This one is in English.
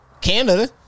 Canada